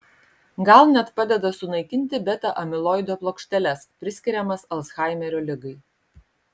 gal net padeda sunaikinti beta amiloido plokšteles priskiriamas alzhaimerio ligai